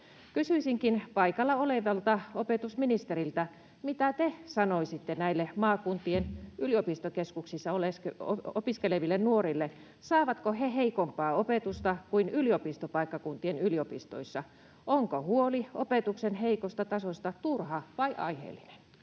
Kysyisinkin paikalla olevalta opetusministeriltä: Mitä te sanoisitte näille maakuntien yliopistokeskuksissa opiskeleville nuorille? Saavatko he heikompaa opetusta kuin yliopistopaikkakuntien yliopistoissa? Onko huoli opetuksen heikosta tasosta turha vai aiheellinen?